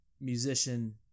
musician